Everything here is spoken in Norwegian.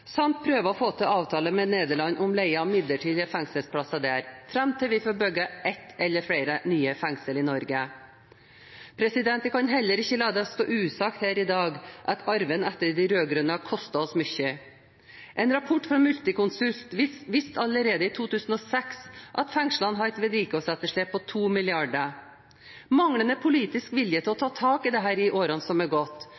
samt at en prøver å få til avtale med Nederland om leie av midlertidige fengselsplasser fram til vi får bygget ett eller flere nye fengsler i Norge. Jeg kan heller ikke la det være usagt her i dag at arven etter de rød-grønne har kostet oss mye. En rapport fra Multiconsult viste allerede i 2006 at fengslene hadde et vedlikeholdsetterslep på 2 mrd. kr. Manglende politisk vilje til å